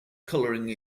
coloring